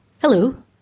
Hello